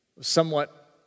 Somewhat